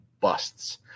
busts